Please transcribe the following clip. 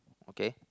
okay